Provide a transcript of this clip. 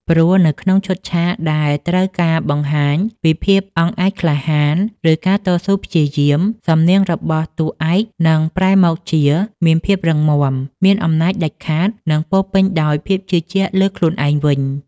ព្រោះនៅក្នុងឈុតឆាកដែលត្រូវការបង្ហាញពីភាពអង់អាចក្លាហាន ឬការតស៊ូព្យាយាម សំនៀងរបស់តួឯកនឹងប្រែមកជាមានភាពរឹងមាំ មានអំណាចដាច់ខាត និងពោពេញដោយភាពជឿជាក់លើខ្លួនឯងវិញ។